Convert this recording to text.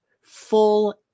full